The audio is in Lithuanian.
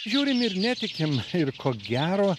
žiūrim ir netikim ir ko gero